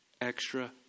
extra